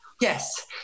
Yes